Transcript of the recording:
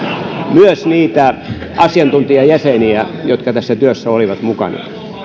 myös niitä asiantuntijajäseniä jotka tässä työssä olivat mukana